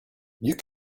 you